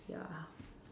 ya